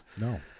no